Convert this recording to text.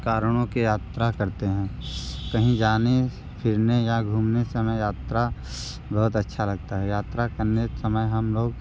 कारणों की यात्रा करते हैं कहीं जाने फिरने या घूमने समय यात्रा बहुत अच्छा लगता है यात्रा करने समय हम लोग